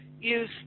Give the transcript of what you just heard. use